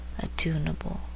Attunable